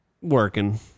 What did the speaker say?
working